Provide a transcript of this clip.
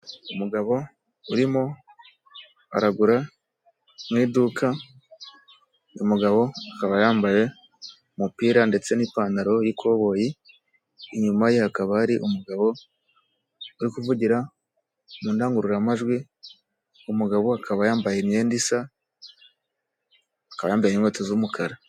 Umugabo urimo aragura mu iduka, uyu umugabo akaba yambaye umupira ndetse n'ipantaro y'ikoboyi, inyuma ye hakaba hari umugabo uri kuvugira mu ndangururamajwi umugabo akaba yambaye imyenda isa akaba yambaye n'inkweto z'umukara.